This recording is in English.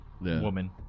woman